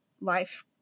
life